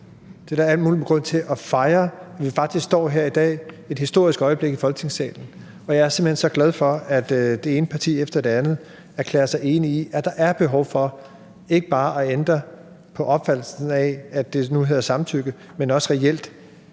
Der er al mulig grund til at fejre, at vi faktisk står her i dag. Det er et historisk øjeblik her i Folketingssalen, og jeg er simpelt hen så glad for, at det ene parti efter det andet erklærer sig enig i, at der ikke bare er behov for at ændre opfattelsen, så det nu hedder samtykke, men at man også reelt